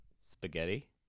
Spaghetti